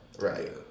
Right